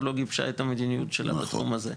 לא גיבשה את המדיניות שלה בתחום הזה.